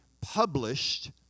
published